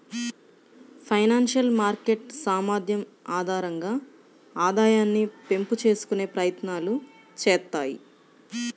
financial market సామర్థ్యం ఆధారంగా ఆదాయాన్ని పెంపు చేసుకునే ప్రయత్నాలు చేత్తాయి